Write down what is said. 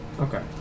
Okay